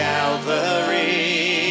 Calvary